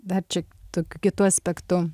dar čia tokiu kitu aspektu